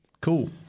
Cool